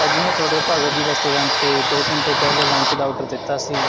ਭਾਅ ਜੀ ਮੈਂ ਤੁਹਾਡੇ ਭਗਤ ਜੀ ਰੈਸਟੋਰੈਂਟ 'ਤੇ ਦੋ ਘੰਟੇ ਪਹਿਲਾਂ ਲੰਚ ਦਾ ਔਡਰ ਦਿੱਤਾ ਸੀ